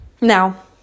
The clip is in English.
Now